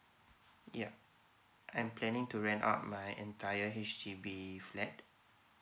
yup I'm planning to rent out my entire H_D_B flat